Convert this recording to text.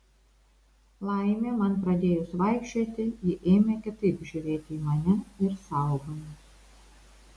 laimė man pradėjus vaikščioti ji ėmė kitaip žiūrėti į mane ir saugojo